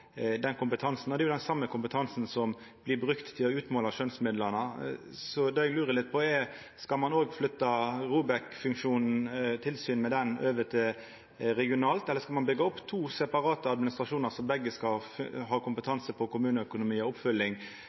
den kompetansen. Det er den same kompetansen som blir brukt til å utmåla skjønsmidlane. Så det eg lurer litt på, er: Skal ein òg flytta tilsynet med ROBEK-funksjonen til det regionale nivået, eller skal ein byggja opp to separate administrasjonar, der begge skal ha kompetanse på kommuneøkonomi og oppfølging?